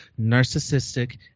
narcissistic